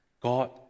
God